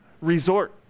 resort